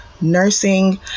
nursing